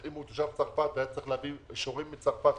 אם הוא תושב צרפת והיה צריך להביא אישורים מצרפת,